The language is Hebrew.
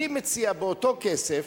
אני מציע, באותו כסף